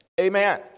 Amen